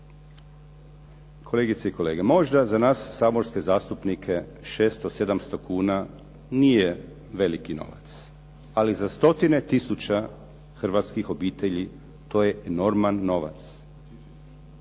Kolegice i kolege, možda za nas saborske zastupnike 600, 700 kuna nije veliki novac, ali za stotine tisuća hrvatskih obitelji to je enorman novac.